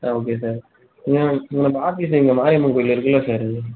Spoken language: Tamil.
ஆ ஓகே சார் நம்ம ஆஃபீஸ்ஸு இந்த மாரியம்மன் கோயில் இருக்குதுல்ல சார் இது